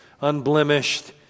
unblemished